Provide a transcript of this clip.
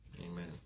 amen